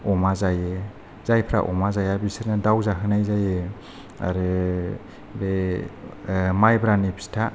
अमा जायो जायफ्रा अमा जाया बिसोरनो दाउ जाहोनाय जायो आरो बे माइब्रानि फिथा